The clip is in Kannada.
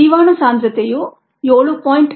ಜೀವಾಣು ಸಾಂದ್ರತೆಯು 7